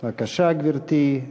בבקשה, גברתי.